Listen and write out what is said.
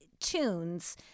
tunes